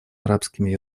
арабскими